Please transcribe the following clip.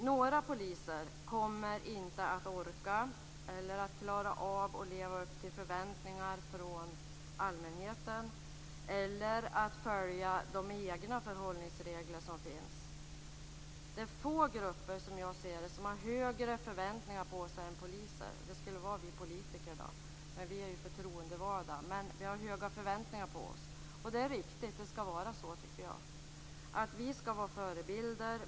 Några poliser kommer inte att orka eller att klara av att leva upp till förväntningar från allmänheten eller att följa de egna förhållningsregler som finns. Det är få grupper som har högre förväntningar på sig än poliser. Det skulle i så fall vara vi politiker, men vi är förtroendevalda. Vi politiker har höga förväntningar på oss. Det är riktigt. Så skall det vara. Vi skall vara förebilder.